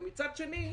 מצד שני,